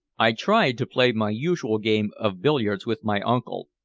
i tried to play my usual game of billiards with my uncle,